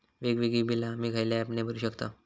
वेगवेगळी बिला आम्ही खयल्या ऍपने भरू शकताव?